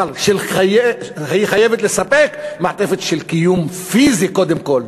אבל היא חייבת לספק מעטפת של קיום פיזי קודם כול.